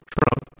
Trump